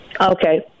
Okay